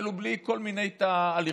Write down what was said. אפילו בלי כל מיני תהליכים,